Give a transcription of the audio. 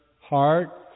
heart